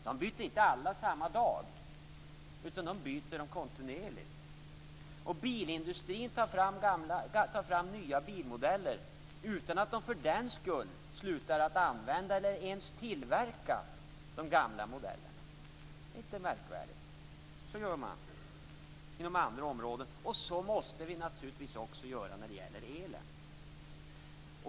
De byter dem inte alla samma dag, utan de byter dem kontinuerligt. Bilindustrin tar fram nya bilmodeller utan att man för den skull slutar att använda eller ens tillverka de gamla modellerna. Det är inte märkvärdigt. Så gör man inom andra områden, och så måste vi naturligtvis också göra när det gäller elen.